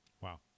Wow